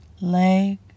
leg